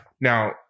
Now